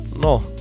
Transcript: No